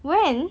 when